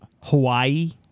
Hawaii